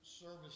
service